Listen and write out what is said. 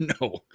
no